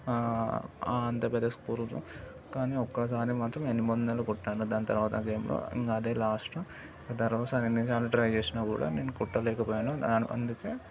అంత పెద్ద స్కోర్ కానీ ఒక్కసారి మాత్రం ఎనిమిది వందలు కొట్టాను దాని తరువాత గేమ్లో ఇంకా అదే లాస్ట్ ఆ తరువాత ఎన్నిసార్లు ట్రై చేసినా కూడా నేను కొట్టలేకపోయాను అందుకే